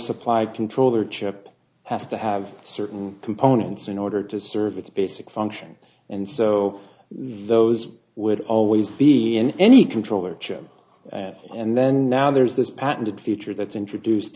supply controller chip has to have certain components in order to serve its basic function and so those would always be in any controller chip and then now there's this patented feature that's introduced